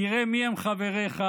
תראה מיהם חבריך,